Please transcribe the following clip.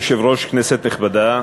אדוני היושב-ראש, כנסת נכבדה,